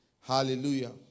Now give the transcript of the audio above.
Hallelujah